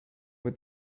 with